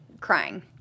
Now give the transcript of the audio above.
crying